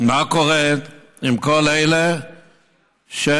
מה קורה עם כל אלה שעדיין